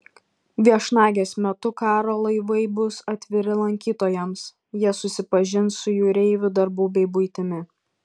viešnagės metu karo laivai bus atviri lankytojams jie susipažins su jūreivių darbu bei buitimi